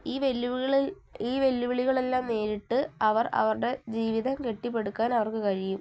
ഈ വെല്ലുവിളി ഈ വെല്ലുവിളികളെല്ലാം നേരിട്ട് അവർ അവരുടെ ജീവിതം കെട്ടിപ്പടുക്കാൻ അവർക്ക് കഴിയും